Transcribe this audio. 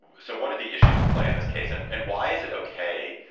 so what are the issues at play in this case and and why is it okay.